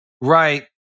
Right